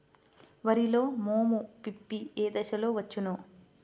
వరిలో మోము పిప్పి ఏ దశలో వచ్చును?